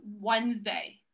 Wednesday